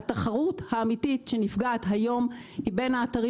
התחרות האמיתית שנפגעת היום היא בין אתרי